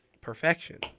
perfection